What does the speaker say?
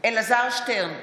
אלעזר שטרן,